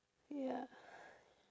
ya